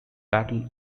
battle